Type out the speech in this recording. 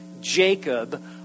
Jacob